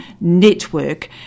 Network